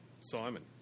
Simon